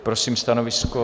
Prosím stanovisko.